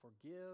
forgive